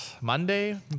Monday